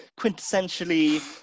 quintessentially